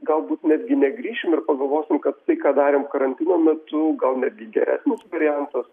galbūt netgi negrįšim ir pagalvosim kad tai ką darėm karantino metu gal netgi geresnis variantas